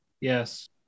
yes